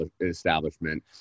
establishment